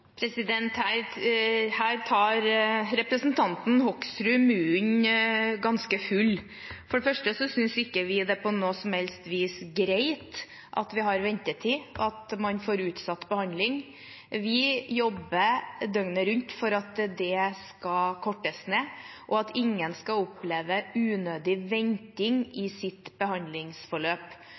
Her tar representanten Hoksrud munnen ganske full. For det første synes ikke vi det på noe som helst vis er greit at vi har ventetid, at man får utsatt behandling. Vi jobber døgnet rundt for at det skal kortes ned, og for at ingen skal oppleve unødig venting i sitt behandlingsforløp.